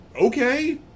Okay